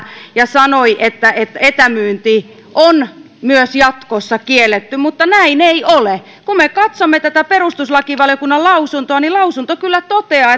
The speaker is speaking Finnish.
ja sanoi että että etämyynti on myös jatkossa kielletty mutta näin ei ole kun me katsomme tätä perustuslakivaliokunnan lausuntoa niin lausunto kyllä toteaa